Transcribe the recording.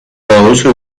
those